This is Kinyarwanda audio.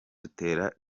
dutera